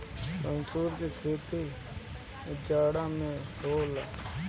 मसूर के खेती जाड़ा में होला